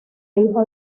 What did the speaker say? hija